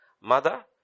mother